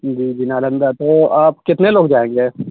جی جی نالندہ تو آپ کتنے لوگ جائیں گے